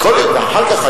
ואחר כך,